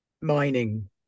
mining